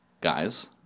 guys